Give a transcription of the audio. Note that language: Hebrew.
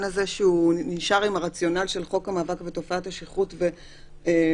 הזה שהוא נשאר עם הרציונל של חוק המאבק בתופעת השכרות ולא